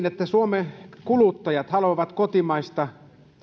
että suomen kuluttajat haluavat kotimaisia